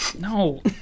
no